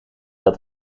dat